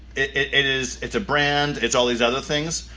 it is, it's a brand it's all these other things.